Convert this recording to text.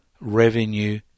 revenue